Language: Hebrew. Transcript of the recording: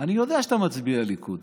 אני יודע שאתה מצביע ליכוד.